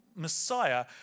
Messiah